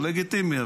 זה לגיטימי,